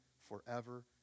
forever